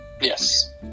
Yes